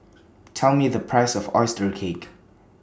Tell Me The Price of Oyster Cake